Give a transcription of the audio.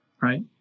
right